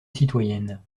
citoyenne